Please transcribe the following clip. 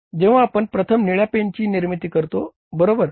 जेव्हा आपण प्रथम निळ्या पेनची निर्मिती करतो बरोबर